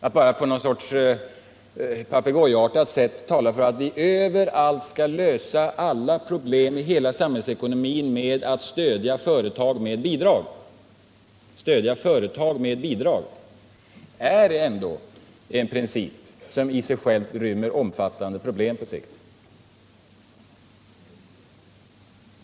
Att bara på ett papegojaktigt sätt tala för att vi överallt skall lösa alla problem i hela samhällsekonomin genom att stödja företag med bidrag, det rymmer omfattande problem på sikt.